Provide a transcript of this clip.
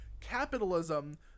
capitalism